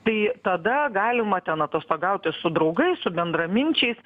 tai tada galima ten atostogauti su draugais su bendraminčiais